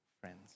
friends